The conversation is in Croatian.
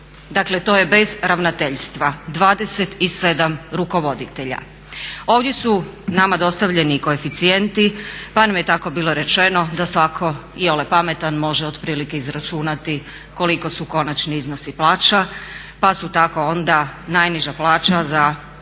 Dakle to je bez ravnateljstva, 27 rukovoditelja. Ovdje su nama dostavljeni koeficijenti, pa nam je tako bilo rečeno da svatko iole pametan može otprilike izračunati koliko su konačni iznosi plaća, pa su tako onda najniža plaća za jednog